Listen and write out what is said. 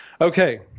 Okay